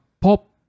pop